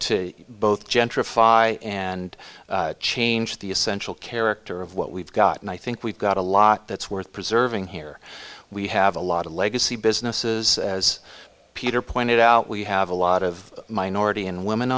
to both gentrify and change the essential character of what we've got and i think we've got a lot that's worth preserving here we have a lot of legacy businesses as peter pointed out we have a lot of minority and women